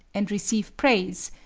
and receive praise,